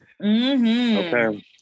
okay